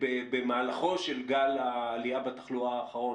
במהלכו של גל העלייה בתחלואה האחרון,